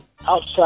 Outside